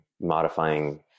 modifying